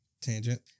tangent